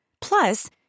plus